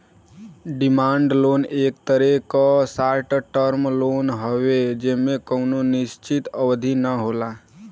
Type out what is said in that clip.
demand loan एक तरे क शार्ट टर्म लोन हउवे जेमे कउनो निश्चित अवधि न होला